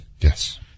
Yes